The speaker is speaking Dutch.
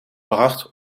bracht